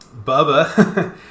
Bubba